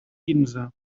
quinze